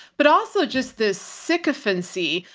but also just this sycophancy.